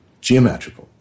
geometrical